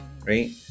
right